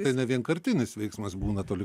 tai nevienkartinis veiksmas būna toli